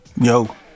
yo